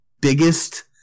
biggest